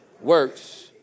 works